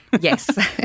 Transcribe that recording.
Yes